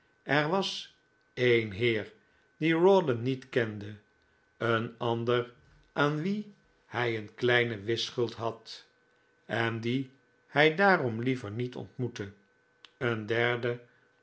er was een heer dien rawdon niet kende een ander aan wien hij een kleine whistschuld had en dien hij daarom liever niet ontmoette een derde